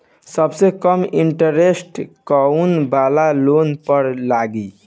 सबसे कम इन्टरेस्ट कोउन वाला लोन पर लागी?